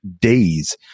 days